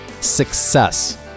success